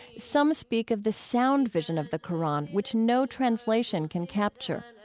some speak of the sound vision of the qur'an which no translation can capture.